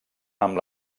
amb